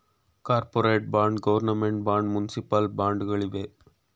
corporate bond, government bond, municipal bond ಗಳಿವೆ